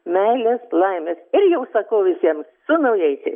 meilės laimės ir jau sakau visiems su naujaisiais